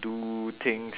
do things